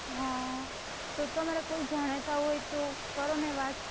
હા તો તમારે કોઈ જાણીતા હોય તો કરો ને વાત